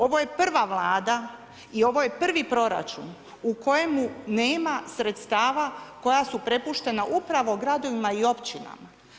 Ovo je prva Vlada i ovo je prvi proračun u kojemu nema sredstava koja su prepuštena upravo gradovima i općinama.